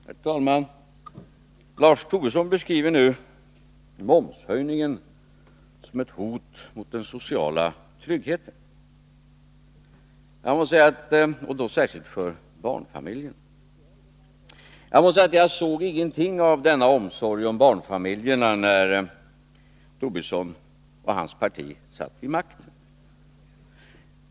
Herr talman! Lars Tobisson beskriver nu momshöjningen som ett hot mot den sociala tryggheten och då särskilt för barnfamiljerna. Men jag såg ingenting av denna omsorg om barnfamiljerna när Lars Tobisson och hans parti satt vid makten.